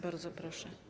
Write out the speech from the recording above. Bardzo proszę.